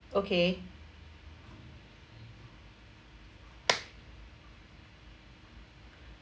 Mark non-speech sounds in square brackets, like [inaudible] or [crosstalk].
okay [noise]